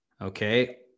okay